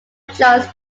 joins